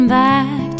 back